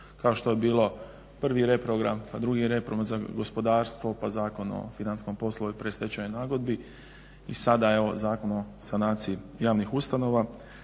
kao što je bilo prvi reprogram, pa drugi reprogram za gospodarstvo, pa Zakon o financijskom poslovanju i predstečajnoj nagodbi i sada evo Zakon o sanaciji javnih ustanova